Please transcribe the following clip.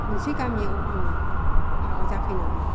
मोनसे गामियाव आं हाबा जाफैनांबाय